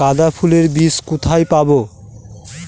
গাঁদা ফুলের বীজ কোথায় পাবো?